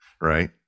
Right